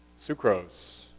sucrose